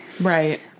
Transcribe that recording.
Right